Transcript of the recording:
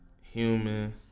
human